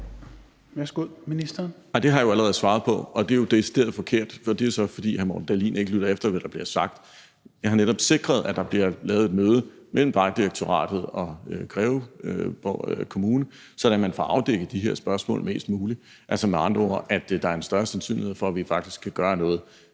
(Benny Engelbrecht): Det har jeg allerede svaret på, og det er jo decideret forkert, men det er så, fordi hr. Morten Dahlin ikke lytter efter, hvad der bliver sagt. Jeg har netop sikret, at der bliver lavet et møde mellem Vejdirektoratet og Greve Kommune, så man får afdækket de her spørgsmål bedst muligt, altså at der med andre ord er en større sandsynlighed for, at vi faktisk kan gøre noget.